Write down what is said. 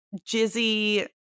jizzy